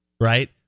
Right